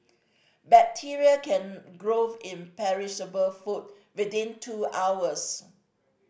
bacteria can growth in perishable food within two hours